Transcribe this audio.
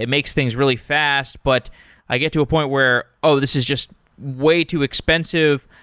it makes things really fast, but i get to a point where, oh! this is just way too expensive.